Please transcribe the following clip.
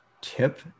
tip